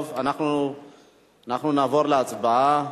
אנחנו נעבור להצבעה.